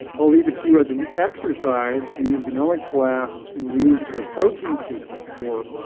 i'll leave it to you as an exercise to use genomic blast and use the protein sequence for